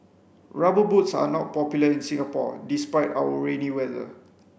rubber boots are not popular in Singapore despite our rainy weather